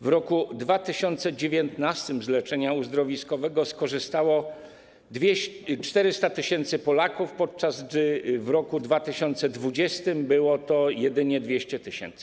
W roku 2019 z leczenia uzdrowiskowego skorzystało 400 tys. Polaków, podczas gdy w roku 2020 było to jedynie 200 tys.